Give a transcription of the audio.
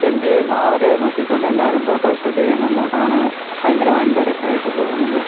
എന്തെയ്യുന്നോ അവരെ നോക്കിക്കൊണ്ടെല്ലാവരും ഫോട്ടോ ഷൂട്ടീയ്യുന്നു അങ്ങോട്ടാണ് ഭയങ്കര വൻ തിരക്കായിട്ട് പോകുന്നത്